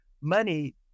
money